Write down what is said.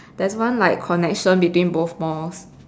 there's one like connection between both malls